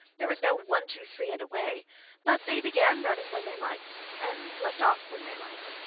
there was no one, two, three, and away but they began running when they liked, and left off when they liked,